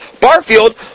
Barfield